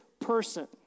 person